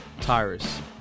Tyrus